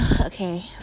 Okay